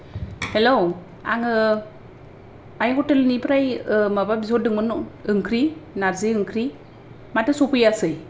hello आङो आइ हटेलनिफ्राय माबा बिहरदोंमोन ओंख्रि नारजि ओंख्रि माथो सफैयासै